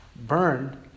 burned